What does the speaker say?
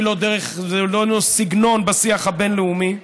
זהו לא סגנון בשיח הבין-לאומי.